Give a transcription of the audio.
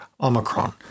Omicron